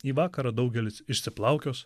į vakarą daugelis išsiplaukios